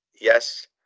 yes